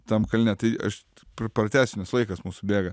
tam kalne tai aš pra pratęsiu nes laikas mūsų bėga